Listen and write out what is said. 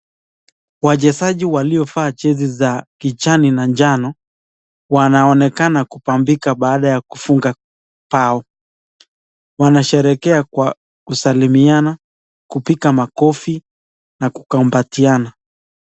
Wachezaji waliovalia jezi za kijani na njano wanaonekana kubambika baada ya kufunga mbao, wanasherehekea kwa kusalimiana, kupiga makofi na kukumbatiana.